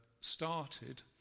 started